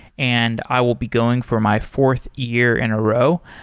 and i will be going for my fourth year in a row.